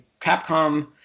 Capcom